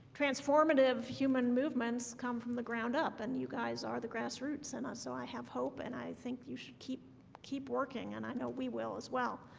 transformative human movements come from the ground up and you guys are the grassroots and i so i have hope and i think you should keep keep working and i know we will as well